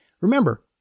Remember